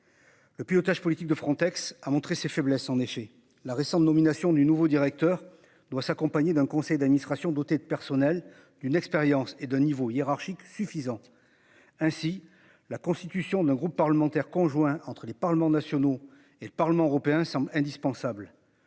Le pilotage politique de Frontex a montré ses faiblesses en effet la récente nomination du nouveau directeur doit s'accompagner d'un conseil d'administration doté de personnel d'une expérience et de niveaux hiérarchiques suffisante. Ainsi la constitution d'un groupe parlementaire conjoint entre les parlements nationaux et le Parlement européen semble indispensable